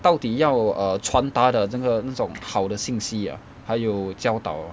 到底要 err 传达的这个那种好的信息 ya 还有教导